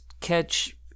catch